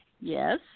yes